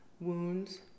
wounds